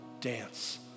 dance